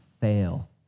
fail